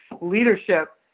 leadership